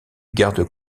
garde